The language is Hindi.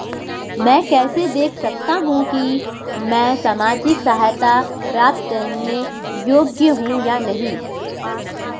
मैं कैसे देख सकता हूं कि मैं सामाजिक सहायता प्राप्त करने योग्य हूं या नहीं?